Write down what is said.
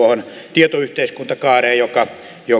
tietoyhteiskuntakaareen jonka